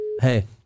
Hey